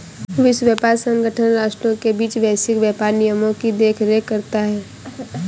विश्व व्यापार संगठन राष्ट्रों के बीच वैश्विक व्यापार नियमों की देखरेख करता है